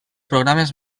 programes